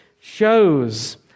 shows